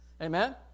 Amen